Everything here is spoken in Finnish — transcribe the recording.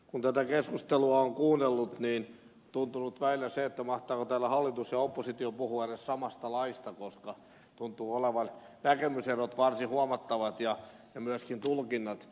kun tätä keskustelua on kuunnellut niin on tuntunut välillä siltä mahtaako täällä hallitus ja oppositio puhua edes samasta laista koska tuntuvat olevan näkemyserot varsin huomattavat ja myöskin tulkinnat